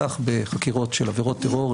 כך בחקירות של עבירות טרור,